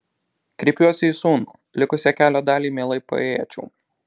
kreipiuosi į sūnų likusią kelio dalį mielai paėjėčiau